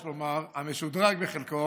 יש לומר המשודרג בחלקו,